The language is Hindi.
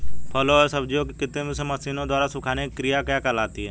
फलों एवं सब्जियों के कृत्रिम रूप से मशीनों द्वारा सुखाने की क्रिया क्या कहलाती है?